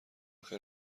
خیر